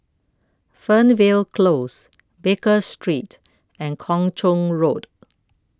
Fernvale Close Baker Street and Kung Chong Road